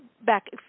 back